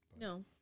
No